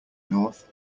north